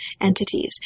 entities